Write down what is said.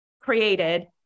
created